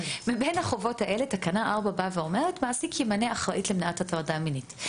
מבין החובות האלה תקנה 4 אומרת: מעסיק ימנה אחראית למניעת הטרדה מינית.